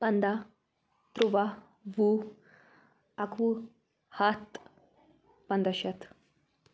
پنٛداہ تُرٛواہ وُہ اَکوُہ ہَتھ پَنٛداہ شیٚتھ